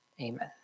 Amen